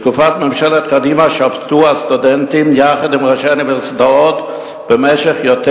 בתקופת ממשלת קדימה שבתו הסטודנטים יחד עם ראשי האוניברסיטאות במשך יותר